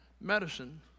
medicine